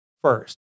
first